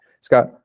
Scott